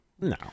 No